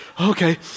Okay